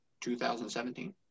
2017